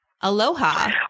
Aloha